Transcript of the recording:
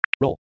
Roll